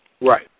Right